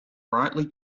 brightly